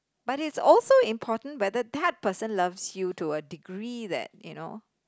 but it's also important whether that person loves you to a degree that you know